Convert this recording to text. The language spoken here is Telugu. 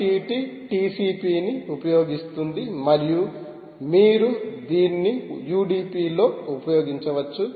MQTT TCP ని ఉపయోగిస్తుంది మరియు మీరు దీన్ని UDP లో ఉపయోగించవచ్చు